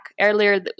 earlier